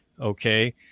Okay